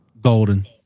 Golden